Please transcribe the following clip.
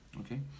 okay